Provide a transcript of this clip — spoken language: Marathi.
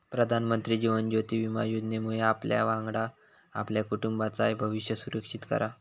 प्रधानमंत्री जीवन ज्योति विमा योजनेमुळे आपल्यावांगडा आपल्या कुटुंबाचाय भविष्य सुरक्षित करा